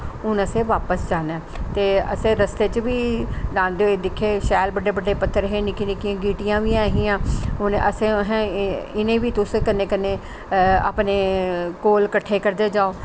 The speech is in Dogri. हून आसे बापस जाना ऐ ते असें रस्ते च बी आंदे होई दिक्खे शैल बड्डे बड्डे पत्थर हे निकके निक्की गीह्टियां बी ऐहियां हून असें इनेंगी बी तुस कन्ने कन्ने अपने कोल कट्ठे करदे जाओ